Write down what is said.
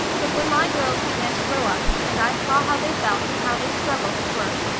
but when my girls began to grow up and i saw how they felt, and how they struggled and worked,